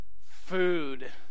food